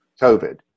COVID